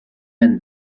and